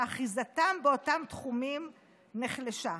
שאחיזתם באותם תחומים נחלשה.